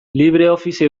libreoffice